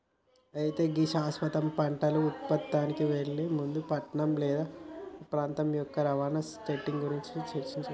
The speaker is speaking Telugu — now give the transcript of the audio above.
అయితే గీ శాశ్వత పంటల ఉత్పత్తికి ఎళ్లే ముందు పట్నం లేదా వేరే ప్రాంతం యొక్క రవాణా సెట్టింగ్ గురించి చర్చించాలి